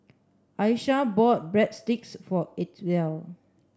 Aisha bought Breadsticks for Itzel